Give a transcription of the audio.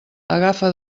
agafa